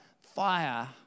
fire